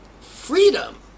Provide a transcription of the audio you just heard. freedom